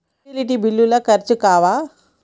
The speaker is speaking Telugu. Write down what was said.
యుటిలిటీ బిల్లులు ఖర్చు కావా?